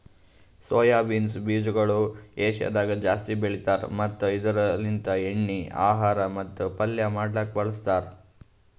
soya beans ಬೀಜಗೊಳ್ ಏಷ್ಯಾದಾಗ್ ಜಾಸ್ತಿ ಬೆಳಿತಾರ್ ಮತ್ತ ಇದುರ್ ಲಿಂತ್ ಎಣ್ಣಿ, ಆಹಾರ ಮತ್ತ ಪಲ್ಯ ಮಾಡ್ಲುಕ್ ಬಳಸ್ತಾರ್